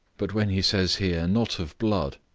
but when he says here, not of blood,